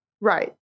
Right